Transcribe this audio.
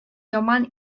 яман